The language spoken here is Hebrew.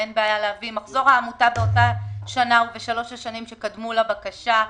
מחזור העמותה באותה שנה או בשלוש השנים שקדמו לבקשה,